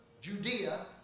Judea